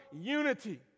unity